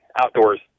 outdoors